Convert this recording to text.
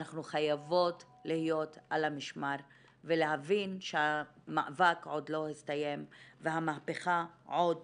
אנחנו חייבות להיות על המשמר ולהבין שהמאבק עוד לא הסתיים והמהפכה עוד